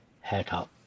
haircut